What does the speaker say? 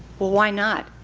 well, why not?